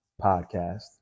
podcast